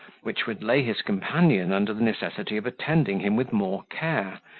which would lay his companion under the necessity of attending him with more care,